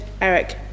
Eric